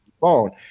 phone